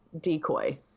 decoy